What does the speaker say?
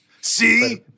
See